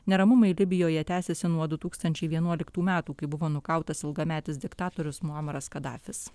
neramumai libijoje tęsiasi nuo du tūkstančiai vienuoliktų metų kai buvo nukautas ilgametis diktatorius moamaras kadafis